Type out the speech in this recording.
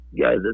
guys